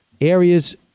areas